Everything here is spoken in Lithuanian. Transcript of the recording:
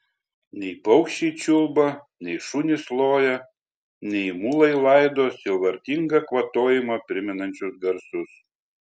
nei paukščiai čiulba nei šunys loja nei mulai laido sielvartingą kvatojimą primenančius garsus